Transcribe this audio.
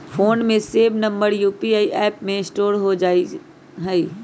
phone में save number UPI app में store हो जा हई